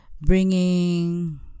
bringing